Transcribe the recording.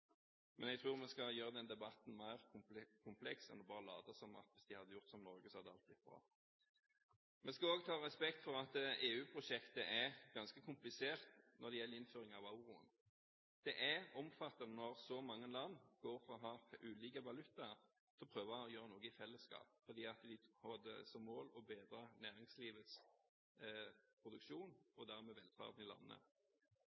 Men jeg tror vi skal gjøre denne debatten mer kompleks enn bare å late som at hvis de bare hadde gjort som Norge, hadde alt blitt bra. Vi skal også ha respekt for at EU-prosjektet er ganske komplisert når det gjelder innføring av euroen. Det er omfattende når så mange land går fra å ha ulike valutaer til å prøve å gjøre noe i fellesskap, fordi de hadde som mål å bedre næringslivets produksjon